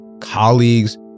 colleagues